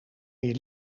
meer